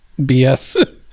BS